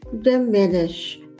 diminish